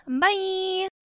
Bye